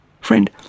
Friend